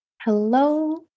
Hello